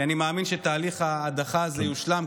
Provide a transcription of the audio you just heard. כי אני מאמין שתהליך ההדחה הזה יושלם,